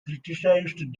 criticized